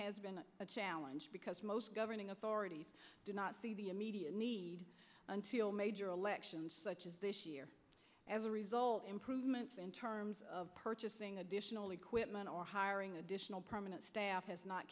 has been a challenge because most governing authority do not see the immediate need until major elections as a result improvements in terms of purchasing additional equipment or hiring additional permanent staff has not